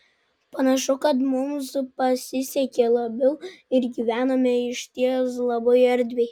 panašu kad mums pasisekė labiau ir gyvename išties labai erdviai